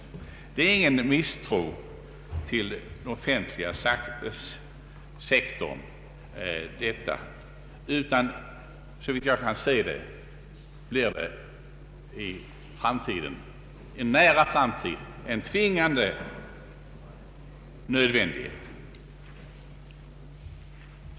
Vad jag nu sagt innebär ingen misstro mot den offentliga sektorn, utan såvitt jag kan se blir restriktioner på detta område i en nära framtid en tvingande nödvändighet.